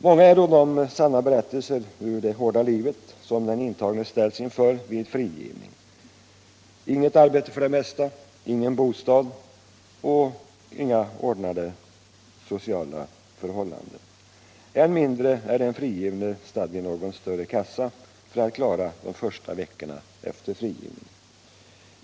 Många är de sanna berättelser ur det hårda livet som den intagne ställs inför vid frigivning: inget arbete för det mesta, ingen bostad och inga ordnade sociala förhållanden. Än mindre är den frigivne stadd vid någon större kassa för att klara de första veckorna efter frigivningen.